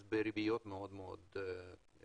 אז בריביות מאוד גבוהות.